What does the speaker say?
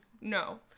no